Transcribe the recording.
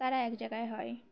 তারা এক জায়গায় হয়